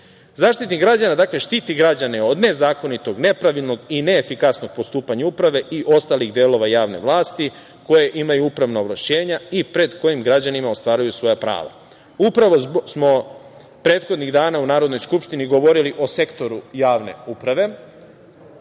vlasti.Zaštitnik građana štiti građane od nezakonitog, nepravilnog i neefikasnog postupanja uprave i ostalih delova javne vlasti koje imaju upravna ovlašćenja i pred kojim građani ostvaruju svoja prava. Upravo smo prethodnih dana u Narodnoj skupštini govorili o sektoru javne uprave,